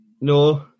No